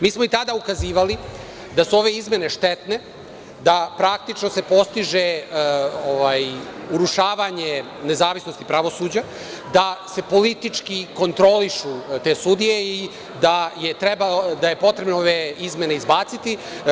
Mi smo i tada ukazivali da su ove izmene štetne, da praktično, se postiže urušavanje nezavisnosti pravosuđa, da se politički kontrolišu te sudije i da je potrebno ove izmene izbaciti.